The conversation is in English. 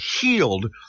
healed